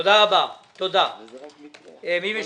וזה רק מקרה אחד.